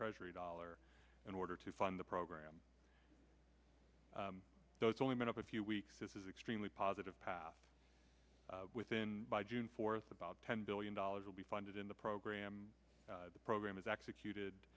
treasury dollar in order to fund the program so it's only been up a few weeks this is extremely positive path within by june fourth about ten billion dollars will be funded in the program the program is executed